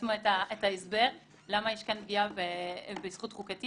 בעצמו את ההסבר למה יש כאן פגיעה בזכות חוקתית.